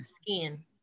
skin